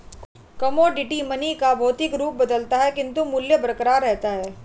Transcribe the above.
commodity money का भौतिक रूप बदलता है किंतु मूल्य बरकरार रहता है